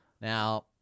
Now